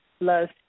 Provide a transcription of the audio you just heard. plus